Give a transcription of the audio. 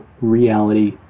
reality